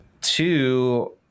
two